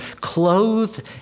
clothed